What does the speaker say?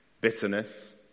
bitterness